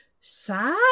sad